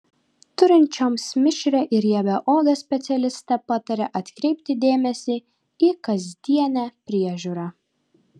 turinčioms mišrią ir riebią odą specialistė pataria atkreipti dėmesį į kasdienę priežiūrą